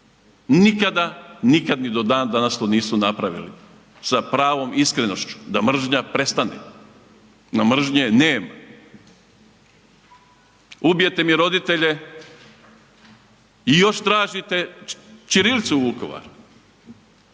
Nikada ni do dan danas to nisu napravili sa pravom iskrenošću, da mržnja prestane, da mržnje nema. Ubijete mi roditelje i još tražite ćirilicu u Vukovar